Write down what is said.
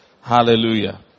Hallelujah